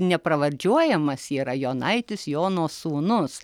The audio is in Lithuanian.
nepravardžiuojamas yra jonaitis jono sūnus